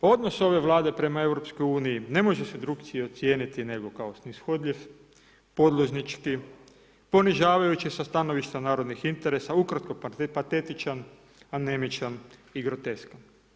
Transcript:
Odnos ove Vlade prema EU-u ne može se drukčije ocijeniti nego kao snishodljiv, podložnički, ponižavajuće sa stanovišta narodnih interesa, ukratko patetičan, anemičan i groteskan.